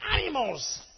animals